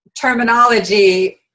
terminology